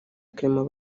clement